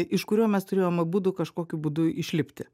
iš kurio mes turėjom abudu kažkokiu būdu išlipti